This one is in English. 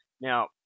Now